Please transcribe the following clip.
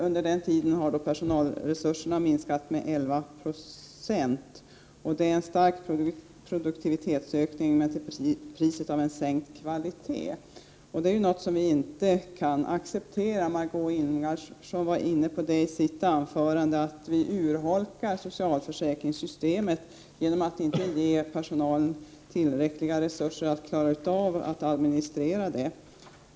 Under den tiden har personalresurserna minskat med 11 96. Det är en stark produktivitetsökning, men till priset av en sänkt kvalitet, och det är något som vi inte kan acceptera.